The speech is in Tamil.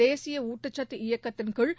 தேசிய ஊட்டச்சத்து இயக்கத்தின் கீழ்